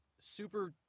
super